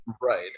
Right